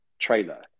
trailer